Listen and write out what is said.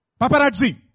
Paparazzi